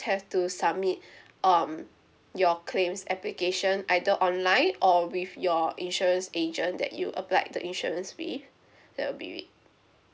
have to submit um your claims application either online or with your insurance agent that you applied the insurance with that will be it